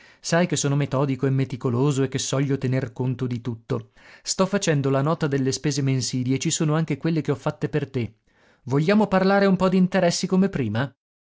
sai che sono metodico e meticoloso e che soglio tener conto di tutto sto facendo la nota delle spese mensili e ci sono anche quelle che ho fatte per te vogliamo parlare un po d'interessi come prima